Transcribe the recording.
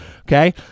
Okay